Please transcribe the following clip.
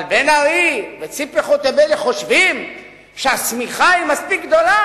אבל בן-ארי וציפי חוטובלי חושבים שהשמיכה מספיק גדולה.